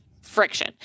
friction